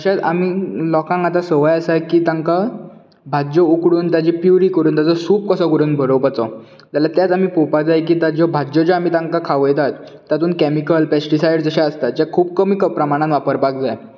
तशेंच आमी लोकांक आतां संवय आसा की तांकां भाज्यो उकडून ताची प्युरी करून ताचो सूप कसो करून भरोवपाचो जाल्यार तेच आमी पोवपाक जाय की ज्यो भाज्यो आमी तांकां खावयतात तातूंत कॅमीकल पॅस्टिसायड जशे आसतात जे खूब कमी प्रमाणान वापरपाक जाय